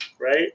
right